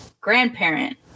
grandparent